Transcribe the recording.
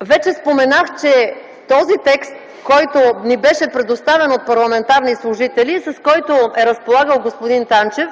Вече споменах, че този текст, който ни беше предоставен от парламентарни служители, с който е разполагал господин Танчев